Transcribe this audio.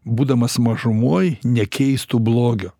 būdamas mažumoj nekeistų blogio